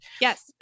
Yes